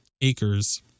acres